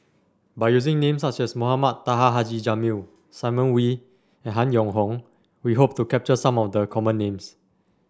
by using names such as Mohamed Taha Haji Jamil Simon Wee and Han Yong Hong we hope to capture some of the common names